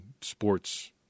sports